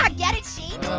ah get it? sheet?